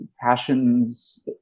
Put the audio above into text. passions